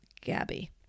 gabby